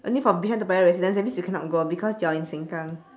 only for bishan toa payoh residents that means you cannot go because you're in sengkang